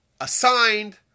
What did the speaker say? assigned